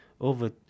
over